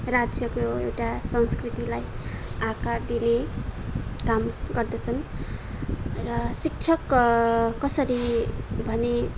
राज्यको एउटा संस्कृतिलाई आकार दिने काम गर्दछन् र शिक्षक कसरी भने